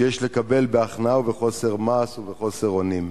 שיש לקבל בהכנעה ובחוסר מעש ובחוסר אונים.